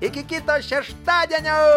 iki kito šeštadienio